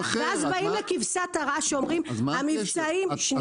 ואז באים לכבשת הרש שאומרים שהמבצעים --- מה הקשר?